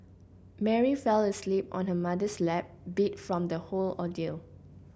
Mary fell asleep on her mother's lap beat from the whole ordeal